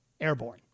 Airborne